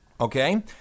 Okay